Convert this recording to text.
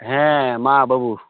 ᱦᱮᱸ ᱢᱟ ᱵᱟᱹᱵᱩ